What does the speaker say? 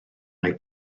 mai